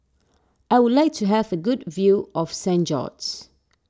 I would like to have a good view of Saint George's